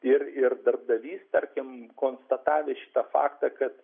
ir ir darbdavys tarkim konstatavęs šitą faktą kad